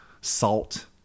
salt